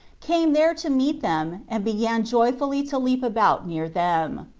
came there to meet them, and began joyfully to leap about near them.